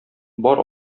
бар